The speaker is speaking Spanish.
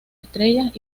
estrellas